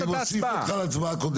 אני מוסיף אותך להצבעה הקודמת.